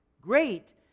great